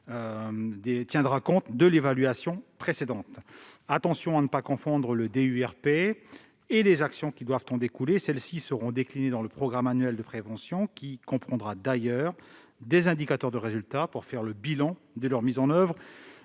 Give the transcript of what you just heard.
tiendra compte de l'évaluation passée. Attention de ne pas confondre le DUERP et les actions qui doivent en découler : ces dernières seront déclinées, soit dans le programme annuel de prévention, qui comprendra d'ailleurs des indicateurs de résultat pour tirer le bilan de leur mise en oeuvre,